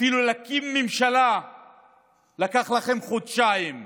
אפילו להקים ממשלה לקח לכם חודשיים.